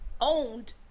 owned